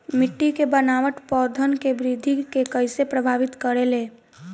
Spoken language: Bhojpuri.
मिट्टी के बनावट पौधन के वृद्धि के कइसे प्रभावित करे ले?